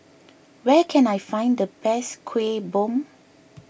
where can I find the best Kueh Bom